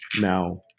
Now